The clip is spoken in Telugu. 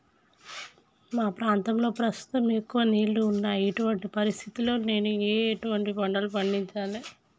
మా ప్రాంతంలో ప్రస్తుతం ఎక్కువ నీళ్లు ఉన్నాయి, ఇటువంటి పరిస్థితిలో నేను ఎటువంటి పంటలను పండించాలే?